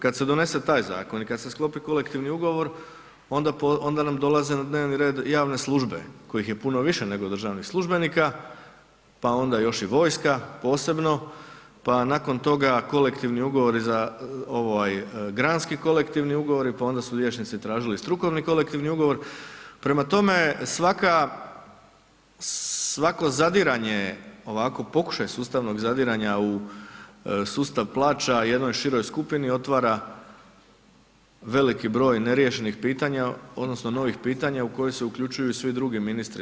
Kad se donese taj Zakon i kad se sklopi Kolektivni ugovor, onda nam dolaze na dnevni red javne službe kojih je puno više nego državnih službenika, pa onda još i vojska posebno, pa nakon toga Kolektivni ugovori za, ovaj grantski kolektivni ugovori, pa onda su liječnici tražili strukovni kolektivni ugovor, prema tome svaka, svako zadiranje, ovako pokušaj sustavnog zadiranja u sustav plaća jednoj široj skupini otvara veliki broj neriješenih pitanja odnosno novih pitanja u koji se uključuju svi drugi ministri.